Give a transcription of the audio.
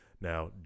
Now